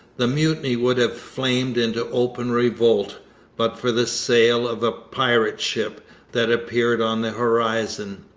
the mutiny would have flamed into open revolt but for the sail of a pirate ship that appeared on the horizon.